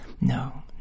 No